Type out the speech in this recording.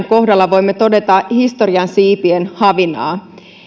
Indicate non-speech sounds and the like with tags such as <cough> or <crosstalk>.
<unintelligible> kohdalla voimme todeta historian siipien havinaa